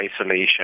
isolation